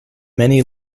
many